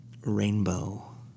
Rainbow